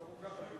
זה לא כל כך חשוב.